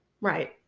Right